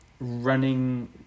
running